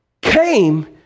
came